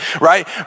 right